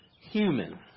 human